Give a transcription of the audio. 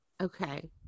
Okay